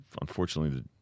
unfortunately